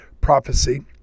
prophecy